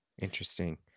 interesting